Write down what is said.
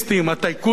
"הטייקונים",